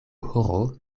horo